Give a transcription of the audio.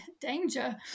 danger